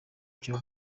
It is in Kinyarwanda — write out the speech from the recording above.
cyo